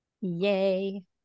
Yay